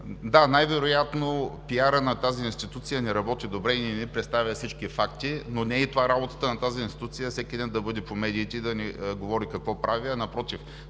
Да, най-вероятно пиарът на тази институция не работи добре и не ни представя всички факти, но не е и това работата на тази институция всеки ден да бъде по медиите и да ни говори какво прави, а напротив